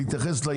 והוא נכנס פנימה,